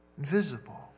Invisible